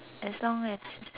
as long as